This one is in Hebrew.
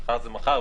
מחר זה מחר,